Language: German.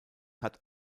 hat